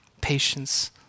patience